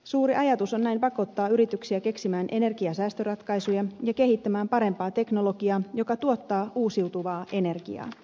suuri ajatus on näin pakottaa yrityksiä keksimään energiansäästöratkaisuja ja kehittämään parempaa teknologiaa joka tuottaa uusiutuvaa energiaa